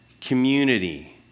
community